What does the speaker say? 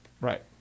Right